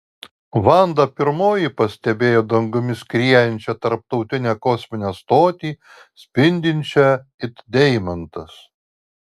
vanda pirmoji pastebėjo dangumi skriejančią tarptautinę kosminę stotį spindinčią it deimantas